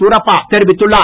தரப்பா தெரிவித்துள்ளார்